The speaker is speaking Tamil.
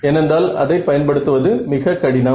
ஏனென்றால் அதை பயன்படுத்துவது மிக கடினம்